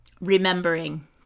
remembering